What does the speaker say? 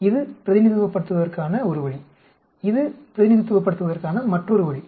இது பிரதிநிதித்துவப்படுத்துவதற்கான ஒரு வழி இது பிரதிநிதித்துவப்படுத்துவதற்கான மற்றொரு வழி